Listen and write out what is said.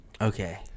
Okay